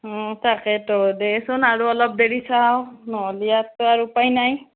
তাকেতো দেচোন আৰু অলপ দেৰি চাওঁ নহ'লে আৰুতো উপায় নাই